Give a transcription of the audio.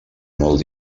molt